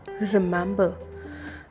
remember